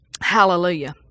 Hallelujah